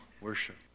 worship